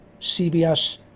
CBS